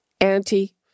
auntie